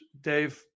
Dave